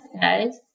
guys